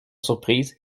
surprise